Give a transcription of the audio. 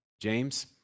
James